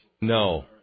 No